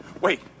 wait